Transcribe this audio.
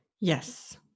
Yes